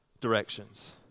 directions